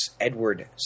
Edward